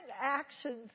actions